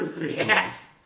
Yes